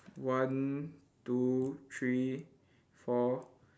one two three four